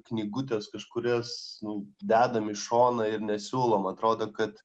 knygutes kažkurias nu dedam į šoną ir nesiūlom atrodo kad